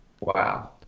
Wow